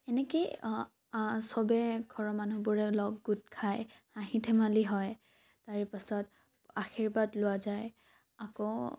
সেনেকেই সবেই ঘৰৰ মানুহবোৰেও লগ গোট খায় হাঁহি ধেমালি হয় তাৰ পিছত আৰ্শীবাদ লোৱা যায় আকৌ